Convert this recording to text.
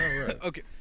Okay